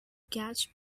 catch